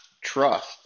trust